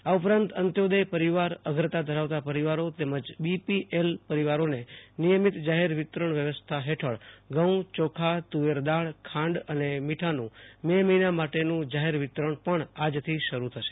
આ ઉપરાંત અંત્યોદય પરિવાર અગ્રતા ધરાવતા પરિવારો તેમજ બી પી એલ પરિવારોને નિયમિત જાહેર વિતરણ વ્યવસ્થા હેઠળ ઘઉં ચોખા તુવેર દાળ ખાંડ અને મીઠાનું મે મહિના માટેનું જાહેર વિતરણ પણ આજથી શરૂ થશે